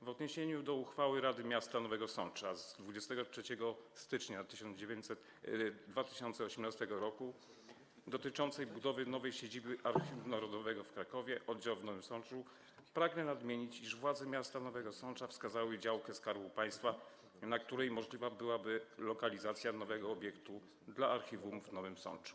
W odniesieniu do uchwały Rady Miasta Nowego Sącza z 23 stycznia 2018 r. dotyczącej budowy nowej siedziby Archiwum Narodowego w Krakowie Oddziału w Nowym Sączu pragnę nadmienić, iż władze miasta Nowego Sącza wskazały działkę Skarbu Państwa, na której możliwa byłaby lokalizacja nowego obiektu dla archiwum w Nowym Sączu.